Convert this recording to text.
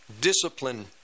discipline